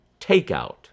Takeout